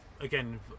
again